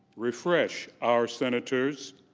refresh our senators.